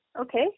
Okay